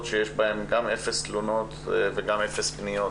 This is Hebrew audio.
שיש בהם גם אפס תלונות וגם אפס פניות,